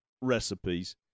recipes